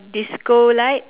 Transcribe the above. disco light